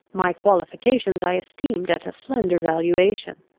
my qualifications i esteemed at a slender valuation.